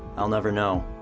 i'll never know.